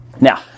now